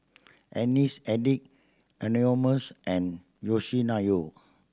Alice Addict Anonymous and Yoshinoya